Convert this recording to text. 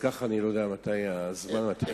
כך שאני לא יודע מתי הזמן מתחיל.